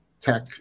tech